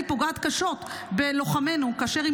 היא פוגעת קשות בלוחמינו כאשר היא